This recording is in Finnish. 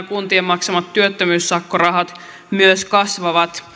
kuntien maksamat työttömyyssakkorahat myös kasvavat